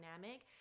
dynamic